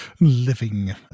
living